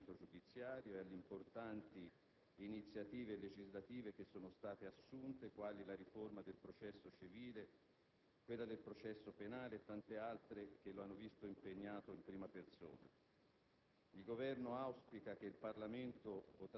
Basti pensare alla riforma dell'ordinamento giudiziario e alle importanti iniziative legislative che sono state assunte, quali la riforma del processo civile, quella del processo penale e tante altre che l'hanno visto impegnato in prima persona.